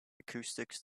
acoustics